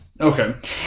Okay